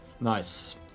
Nice